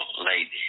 lady